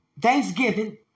Thanksgiving